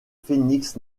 phénix